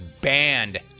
banned